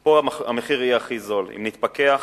פה המחיר יהיה הכי זול, אם נתמקח